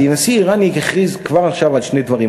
כי נשיא איראני הכריז כבר עכשיו על שני דברים.